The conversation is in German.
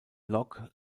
log